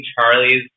Charlie's